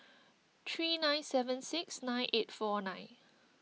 three nine seven six nine eight four nine